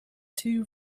two